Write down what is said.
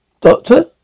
Doctor